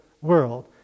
world